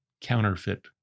counterfeit